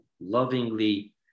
lovingly